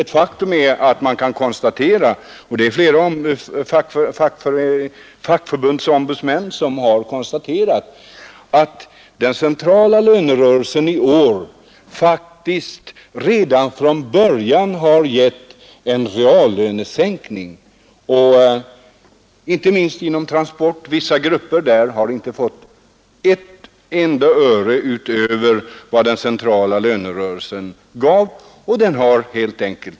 Ett faktum är — och det har flera fackföreningsombudsmän konstaterat — att den centrala lönerörelsen i år redan från början gav en reallönesänkning. Vissa grupper inom transportområdet har t.ex. inte fått ett enda öre utöver vad den centrala lönerörelsen gav.